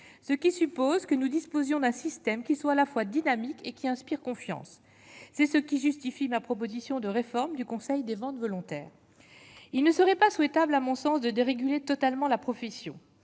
ce qui suppose que nous disposions d'un système qui soit à la fois dynamique et qui inspire confiance, c'est ce qui justifie ma proposition de réforme du Conseil des ventes volontaires, il ne serait pas souhaitable, à mon sens, de dérégler totalement la profession,